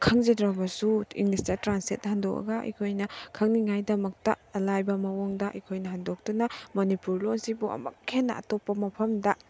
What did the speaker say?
ꯈꯪꯖꯗ꯭ꯔꯕꯁꯨ ꯏꯪꯂꯤꯁꯇꯥ ꯇ꯭ꯔꯥꯟꯁꯂꯦꯠ ꯍꯟꯗꯣꯛꯑꯒ ꯑꯩꯈꯣꯏꯅ ꯈꯪꯅꯤꯡꯉꯥꯏꯗꯃꯛꯇ ꯑꯂꯥꯏꯕ ꯃꯑꯣꯡꯗ ꯑꯩꯈꯣꯏꯅ ꯍꯟꯗꯣꯛꯇꯨꯅ ꯃꯅꯤꯄꯨꯔ ꯂꯣꯟꯁꯤꯕꯨ ꯑꯃꯨꯛꯀ ꯍꯦꯟꯅ ꯑꯇꯣꯞꯄ ꯃꯐꯝꯗ